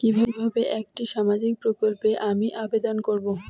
কিভাবে একটি সামাজিক প্রকল্পে আমি আবেদন করব?